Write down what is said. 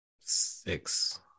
Six